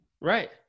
Right